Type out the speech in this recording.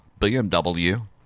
BMW